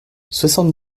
soixante